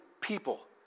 people